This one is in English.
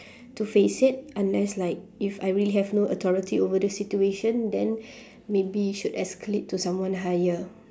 to face it unless like if I really have no authority over this situation then maybe should escalate to someone higher